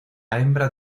hembra